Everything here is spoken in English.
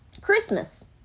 christmas